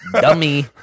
dummy